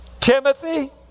Timothy